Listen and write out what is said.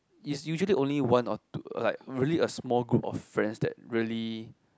is usually only one or two like really a small group of friends that really